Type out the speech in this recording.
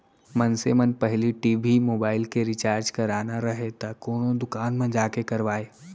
मनसे मन पहिली टी.भी, मोबाइल के रिचार्ज कराना राहय त कोनो दुकान म जाके करवाय